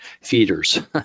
feeders